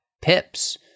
pips